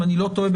אם אני לא טועה,